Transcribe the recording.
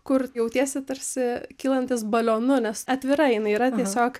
kur jautiesi tarsi kylantis balionu nes atvira jinai yra tiesiog